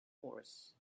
horse